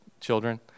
children